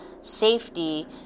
safety